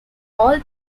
all